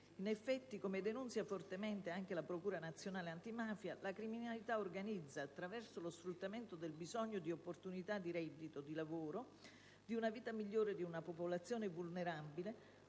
In effetti, come denunzia fortemente anche la Procura nazionale antimafia, la criminalità organizzata, attraverso lo sfruttamento del bisogno di opportunità di reddito, di lavoro, di una vita migliore di una popolazione vulnerabile,